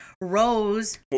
Rose